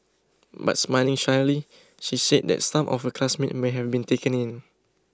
but smiling shyly she said that some of her classmates may have been taken in